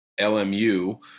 LMU